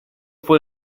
fue